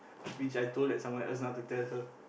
which I told that someone else not to tell her